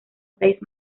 seis